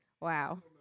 Wow